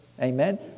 Amen